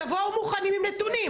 תבואו מוכנים עם נתונים.